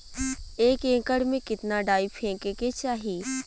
एक एकड़ में कितना डाई फेके के चाही?